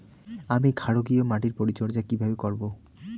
আমি ক্ষারকীয় মাটির পরিচর্যা কিভাবে করব?